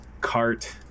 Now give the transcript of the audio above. cart